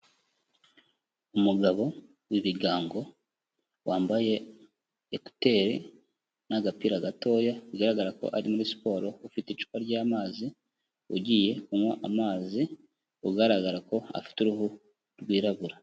Umugabo w'ibigango wambaye ekuteri n'agapira gatoya, bigaragara ko ari muri siporo ufite icupa ry'amazi, ugiye unywa amazi, ugaragara ko afite uruhu rwirabura.